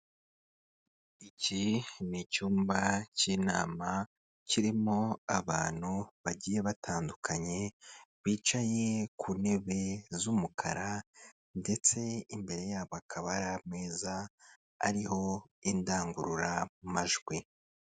Icyi ni icyumba k'inama kirimo abantu bagiye batandukanye bicaye ku ntebe z'umukara ndetse imbere yabo hakaba hari ameza ariho indangururamajwi.